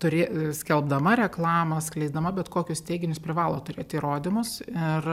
turi skelbdama reklamą skleisdama bet kokius teiginius privalo turėt įrodymus ir